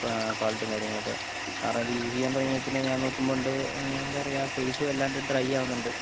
ഫാ ഫോൾട്ടും കാര്യങ്ങളൊക്കെ കാരണം ഇത് യൂസ് ചെയ്യാൻ തുടങ്ങിയ പിന്നെ ഞാൻ നോക്കുമ്പോഴുണ്ട് എന്താണു പറയുക ഫെയ്സ് വല്ലാതെ ഡ്രൈ ആകുന്നുണ്ട്